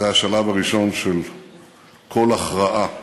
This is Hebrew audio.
זה השלב הראשון של כל הכרעה,